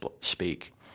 speak